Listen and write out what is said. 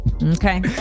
Okay